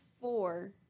four